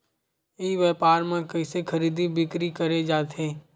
ई व्यापार म कइसे खरीदी बिक्री करे जाथे?